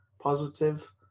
positive